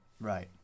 Right